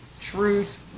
Truth